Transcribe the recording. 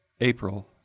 April